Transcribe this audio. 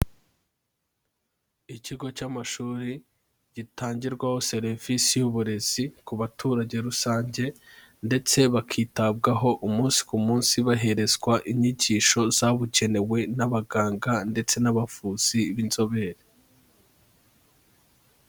Ikigo cy'amashuri gitangirwaho serivisi y'uburezi ku baturage rusange ndetse bakitabwaho umunsi ku munsi baherezwa inyigisho zabugenewe n'abaganga ndetse n'abavuzi b'inzobere.